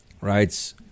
writes